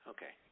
Okay